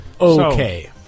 Okay